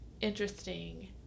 interesting